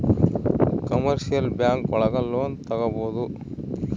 commercial bank ಒಳಗ loan ತಗೊಬೋದು